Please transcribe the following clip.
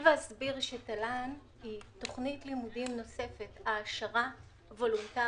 תל"ן היא תכנית לימודים נוספת, העשרה וולונטרית.